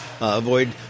avoid